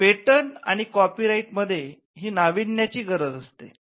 patent आणि copyright मध्ये ही नावीन्याची गरज असतेच